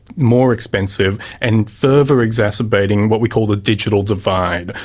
more expensive and further exacerbating what we call the digital divide,